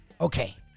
okay